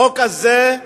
החוק הזה,